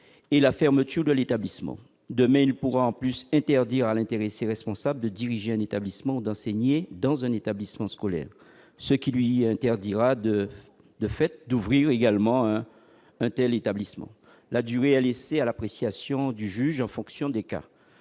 et la fermeture de l'établissement ; demain, il pourra de plus interdire à l'intéressé de diriger un établissement ou d'enseigner dans un établissement scolaire, ce qui lui interdira aussi d'ouvrir un tel établissement. La durée de l'interdiction est laissée à l'appréciation du juge en fonction des cas.